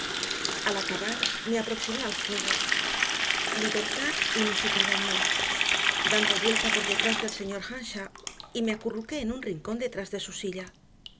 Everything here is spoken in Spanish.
al acabar me aproximé al fuego libertad inusitada en mí dando vuelta por detrás del señor earnshaw y me acurruqué en un rincón detrás de su silla